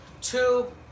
two